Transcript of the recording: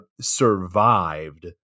survived